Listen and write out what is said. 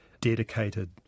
dedicated